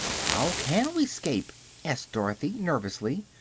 how can we scape? asked dorothy, nervously,